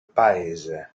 paese